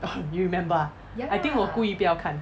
oh you remember ah I think 我故意不要看